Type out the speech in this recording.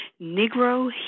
Negro